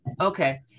Okay